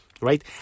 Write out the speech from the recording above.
right